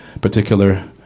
particular